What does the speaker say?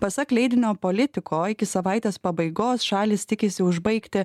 pasak leidinio politiko iki savaitės pabaigos šalys tikisi užbaigti